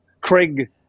Craig